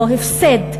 או הפסד,